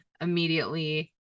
immediately